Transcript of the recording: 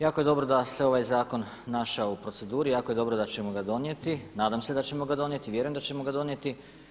Jako je dobro da se ovaj zakon našao u proceduri, jako je dobro da ćemo ga donijeti, nadam se da ćemo ga donijeti i vjerujem da ćemo ga donijeti.